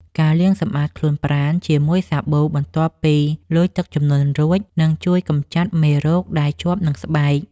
ការលាងសម្អាតខ្លួនប្រាណជាមួយសាប៊ូបន្ទាប់ពីលុយទឹកជំនន់រួចនឹងជួយកម្ចាត់មេរោគដែលជាប់នឹងស្បែក។